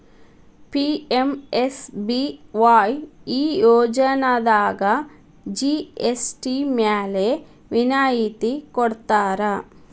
PMSBY ಈ ಯೋಜನಾದಾಗ GST ಮ್ಯಾಲೆ ವಿನಾಯತಿ ಕೊಡ್ತಾರಾ